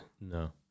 No